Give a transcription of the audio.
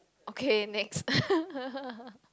okay next